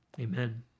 Amen